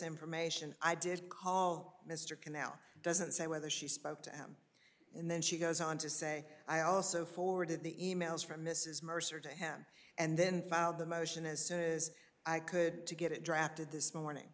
information i did call mr canal doesn't say whether she spoke to him and then she goes on to say i also forwarded the e mails from mrs mercer to him and then filed the motion as soon as i could to get it drafted this morning